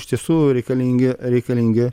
iš tiesų reikalingi reikalingi